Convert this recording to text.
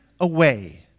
away